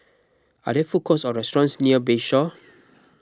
are there food courts or restaurants near Bayshore